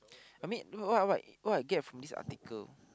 I mean what what what I get from this article